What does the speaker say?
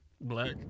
Black